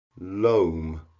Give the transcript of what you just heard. loam